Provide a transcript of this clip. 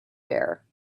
bear